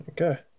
Okay